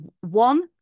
one